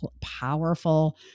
powerful